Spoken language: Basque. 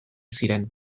ziren